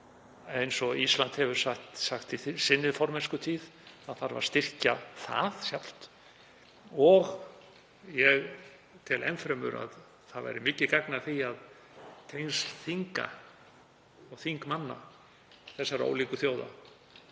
Eins og Ísland hefur sagt í sinni formennskutíð þarf að styrkja það sjálft og ég tel enn fremur að það væri mikið gagn að því að tengsl þinga og þingmanna þessara ólíku þjóða